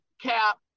cap